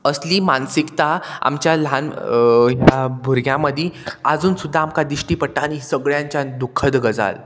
असली मानसिकता आमच्या ल्हान ह्या भुरग्यां मदीं आजून सुद्दां आमकां दिश्टी पडटा आनी सगळ्यांच्यान दुखद गजाल